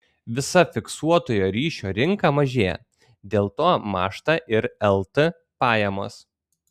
visa fiksuotojo ryšio rinka mažėja dėl to mąžta ir lt pajamos